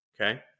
Okay